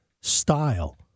style